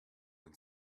when